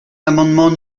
l’amendement